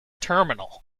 terminal